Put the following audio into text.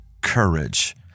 courage